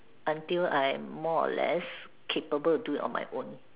until I'm more or less capable to do it on my own